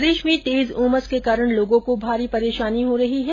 प्रदेश में तेज उमस के कारण लोगों को भारी परेशानी हो रही है